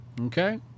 Okay